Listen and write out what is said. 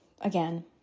again